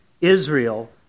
Israel